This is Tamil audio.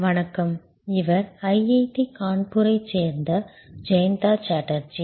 வணக்கம் இவர் ஐஐடி கான்பூரைச் சேர்ந்த ஜெயந்தா சாட்டர்ஜி